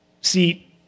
See